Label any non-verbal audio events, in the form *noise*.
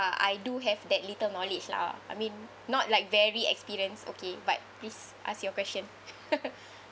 I do have that little knowledge lah I mean not like very experienced okay but please ask your question *laughs*